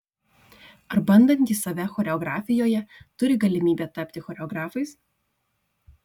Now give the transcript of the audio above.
ar bandantys save choreografijoje turi galimybę tapti choreografais